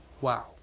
Wow